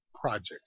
Project